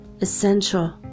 essential